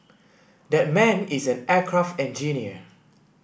that man is an aircraft engineer